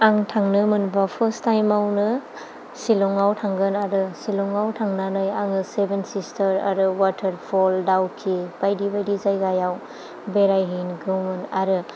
आं थांनो मोनबा फार्स्ट टाइमानो सिलंआव थांगोन आरो सिलंआव थांनानै आङो सेभेन सिस्टार आरो वाटार फल डाउकि बायदि बायदि जायगायाव बेराय हैगौमोन आरो